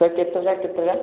କେତେଟା ରୁ କେତେଟା